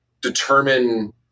determine